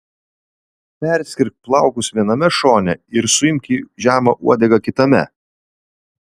perskirk plaukus viename šone ir suimk į žemą uodegą kitame